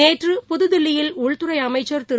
நேற்று புதுதில்லியில் உள்துறை அமைச்சர் திரு